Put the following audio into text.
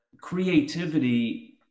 creativity